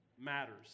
matters